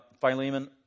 Philemon